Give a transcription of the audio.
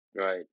Right